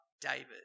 David